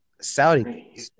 Saudi